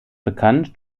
bekannt